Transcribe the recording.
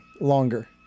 longer